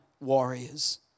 warriors